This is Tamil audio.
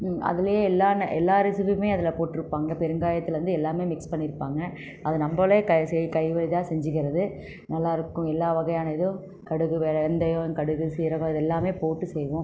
அதுலேயே எல்லா எல்லா ரெசிப்பியுமே அதில் போட்டுருப்பாங்க பெருங்காயத்துலேர்ந்து எல்லாமே மிக்ஸ் பண்ணியிருப்பாங்க அது நம்மளே கை செய் கை இதா செஞ்சுக்கறது நல்லாயிருக்கும் எல்லா வகையான இதுவும் கடுகு வெந்தயம் கடுகு சீரகம் இது எல்லாம் போட்டு செய்வோம்